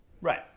Right